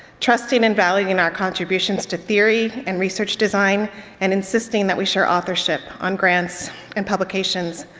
trusting and valuing our contributions to theory and research design and insisting that we share authorship on grants and publications.